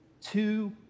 Two